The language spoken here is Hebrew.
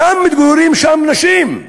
מתגוררות שם גם נשים,